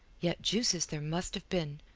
yet juices there must have been,